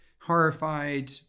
horrified